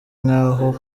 nk’aho